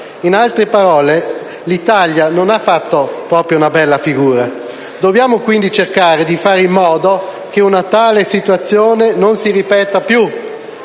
In altre parole, l'Italia non ha fatto proprio una bella figura. Dobbiamo quindi cercare di fare in modo che una tale situazione non si ripeta più.